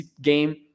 game